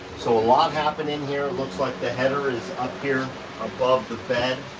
so, a lot happened in here. looks like the header is up here above the bed.